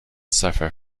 suffer